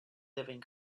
living